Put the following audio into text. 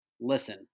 listen